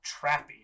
trappy